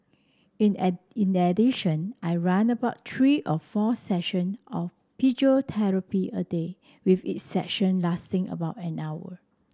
in a in addition I run about three or four session of physiotherapy a day with each session lasting about an hour